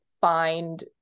find